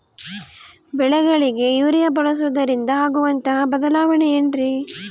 ಬೆಳೆಗಳಿಗೆ ಯೂರಿಯಾ ಬಳಸುವುದರಿಂದ ಆಗುವಂತಹ ಬದಲಾವಣೆ ಏನ್ರಿ?